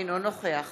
אינו נוכח